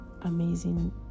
amazing